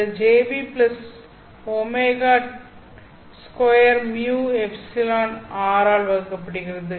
அது jβ ω2μεr ஆல் வகுக்கப் படுகிறது